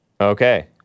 Okay